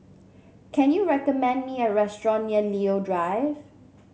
can you recommend me a restaurant near Leo Drive